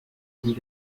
und